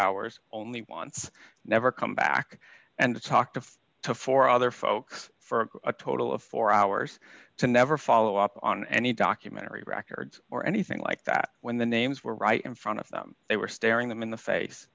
hours only once and never come back and talk to to four other folks for a total of four hours to never follow up on any documentary records or anything like that when the names were right in front of them they were staring them in the face